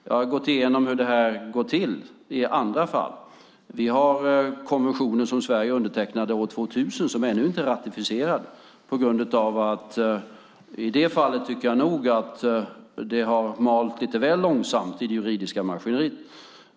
Jag har gått igenom hur det här går till i andra fall. Vi har konventioner som Sverige undertecknade år 2000 som ännu inte är ratificerade. I det fallet tycker jag nog att det har malt lite väl långsamt i det juridiska maskineriet.